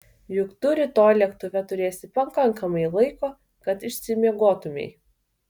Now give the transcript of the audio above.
juk tu rytoj lėktuve turėsi pakankamai laiko kad išsimiegotumei